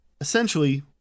Essentially